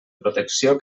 protecció